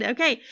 Okay